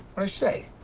i say?